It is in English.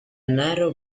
narrow